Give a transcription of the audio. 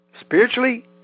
spiritually